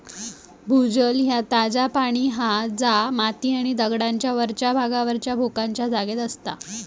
भूजल ह्या ताजा पाणी हा जा माती आणि दगडांच्या वरच्या भागावरच्या भोकांच्या जागेत असता